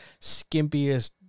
skimpiest